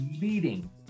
leading